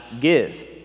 give